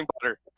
butter